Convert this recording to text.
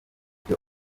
ibyo